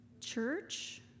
church